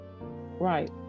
Right